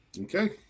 Okay